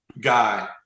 guy